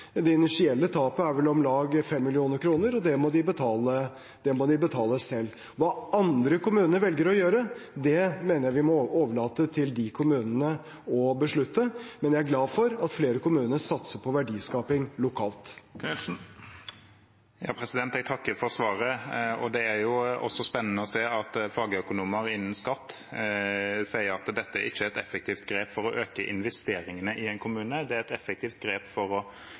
Det initielle tapet er vel på om lag 5 mill. kr, og det må de betale selv. Hva andre kommuner velger å gjøre, mener jeg vi må overlate til dem. Men jeg er glad for at flere kommuner satser på verdiskaping lokalt. Jeg takker for svaret. Det er spennende å se at fagøkonomer innen skatt sier at dette ikke er et effektivt grep for å øke investeringene i en kommune. Det er et effektivt grep for å